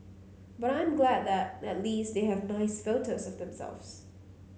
but I'm glad that at least they have nice photos of themselves